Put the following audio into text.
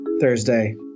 Thursday